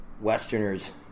Westerners